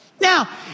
Now